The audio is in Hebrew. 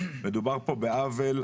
מדובר פה בעוול,